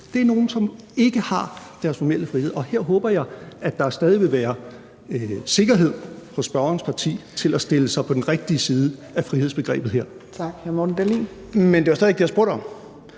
om nogle, der ikke har deres formelle frihed. Og her håber jeg, at der stadig vil være sikkerhed for, at spørgerens parti stiller sig på den rigtige side af frihedsbegrebet her.